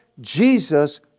Jesus